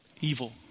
evil